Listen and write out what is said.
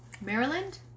Maryland